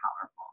powerful